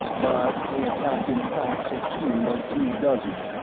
but they attacked in packs of two or three dozen,